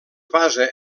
basa